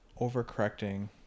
overcorrecting